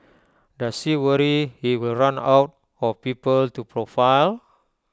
does he worry he will run out of people to profile